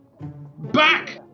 Back